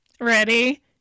ready